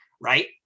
right